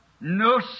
No